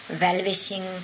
well-wishing